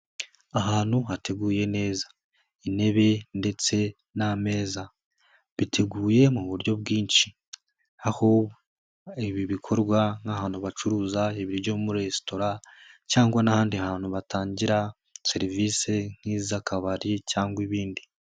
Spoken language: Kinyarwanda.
Ahantu hateguye neza. Intebe ndetse n'ameza. Biteguye mu buryo bwinshi. Aho ibi bikorwa nk'ahantu bacuruza ibiryo muri resitora, cyangwa n'ahandi hantu batangira serivise nk'iz'akabari cyangwa ibindi.